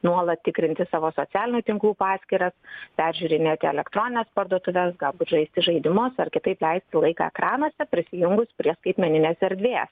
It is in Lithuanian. nuolat tikrinti savo socialinių tinklų paskyras peržiūrinėti elektronines parduotuves galbūt žaisti žaidimus ar kitaip leisti laiką ekranuose prisijungus prie skaitmeninės erdvės